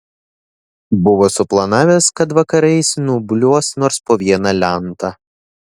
buvo suplanavęs kad vakarais nuobliuos nors po vieną lentą